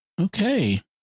Okay